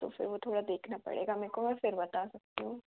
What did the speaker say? तो फिर वो थोड़ा देखना पड़ेगा मे को और फिर बता सकती हूँ